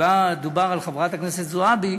כשדובר על חברת הכנסת זועבי,